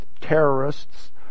terrorists